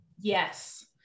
Yes